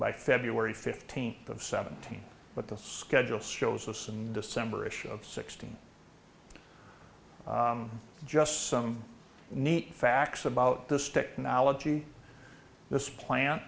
by february fifteenth of seventeen but the schedule shows us and december issue of sixteen just some neat facts about this technology this plan